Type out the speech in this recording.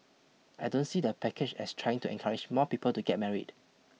I don't see the package as trying to encourage more people to get married